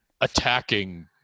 attacking